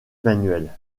manuel